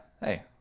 Hey